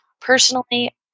personally